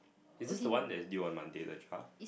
is this the one that is due on Monday the trial